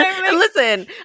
listen